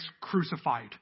crucified